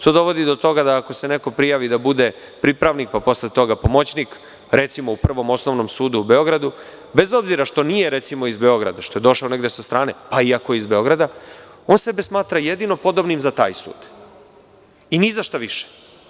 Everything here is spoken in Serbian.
To dovodi do toga da ako se neko prijavi da bude pripravnik, pa posle toga pomoćnik, recimo u Prvom osnovnom sudu u Beogradu, bez obzira što nije iz Beograda, što je došao negde sa strane, pa ako je i iz Beograda, on sebe smatra jedino podobnim za taj sud i ni zašta više.